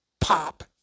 pop